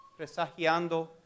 presagiando